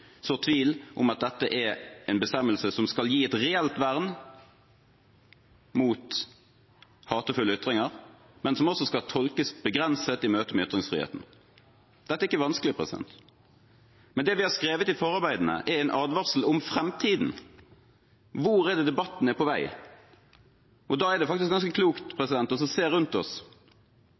tvil om at dette er en bestemmelse som skal gi et reelt vern mot hatefulle ytringer, men som også skal tolkes begrenset i møte med ytringsfriheten. Dette er ikke vanskelig. Det vi har skrevet i forarbeidene, er en advarsel om fremtiden. Hvor er debatten på vei? Da er det faktisk ganske klokt å se rundt